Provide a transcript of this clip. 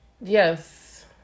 Yes